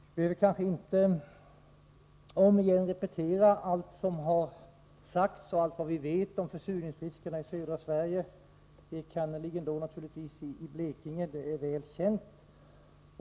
Vi behöver kanske inte återigen repetera allt vad som sagts och allt vad vi vet om försurningsriskerna i södra Sverige, enkannerligen naturligtvis i Blekinge — detta är väl känt.